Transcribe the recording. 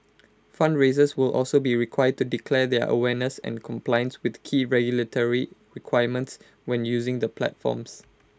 fundraisers will also be required to declare their awareness and compliance with key regulatory requirements when using the platforms